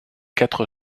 quatre